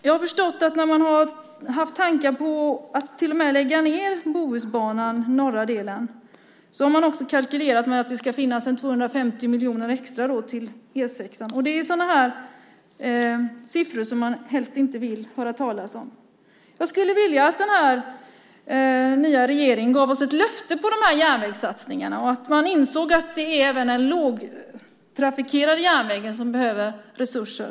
Jag har förstått att det har funnits tankar på att lägga ned norra delen av Bohusbanan, och då har man kalkylerat med att det ska finns 250 miljoner extra till E 6. Det är siffror som man helst inte vill höra talas om. Jag skulle vilja att den nya regeringen ger oss ett löfte om dessa järnvägssatsningar. Man måste inse att även en lågtrafikerad järnväg behöver resurser.